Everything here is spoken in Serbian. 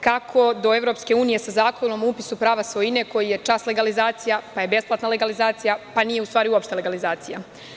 Kako do Evropske unije sa Zakonom o upisu prava svojine, koji je čas legalizacija, pa je besplatna legalizacija, pa nije uopšte legalizacija?